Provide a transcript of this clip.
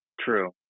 True